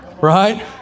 right